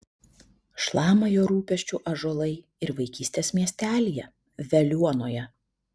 šlama jo rūpesčiu ąžuolai ir vaikystės miestelyje veliuonoje